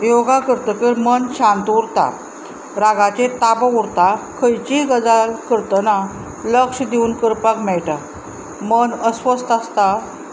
योगा करतकच मन शांत उरता रागाचेर ताबो उरता खंयचीय गजाल करतना लक्ष दिवन करपाक मेळटा मन अस्वस्थ आसता